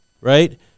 right